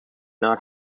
not